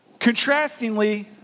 Contrastingly